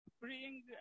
Bring